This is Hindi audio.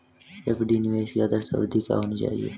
एफ.डी निवेश की आदर्श अवधि क्या होनी चाहिए?